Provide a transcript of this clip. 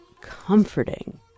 comforting